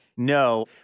No